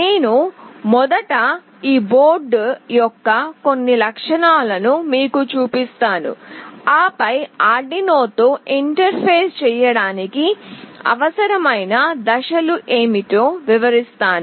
నేను మొదట ఈ బోర్డు యొక్క కొన్ని లక్షణాలను మీకు చూపిస్తాను ఆపై ఆర్డునోతో ఇంటర్ఫేస్ చేయడానికి అవసరమైన దశలు ఏమిటో వివరిస్తాను